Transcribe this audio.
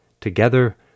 together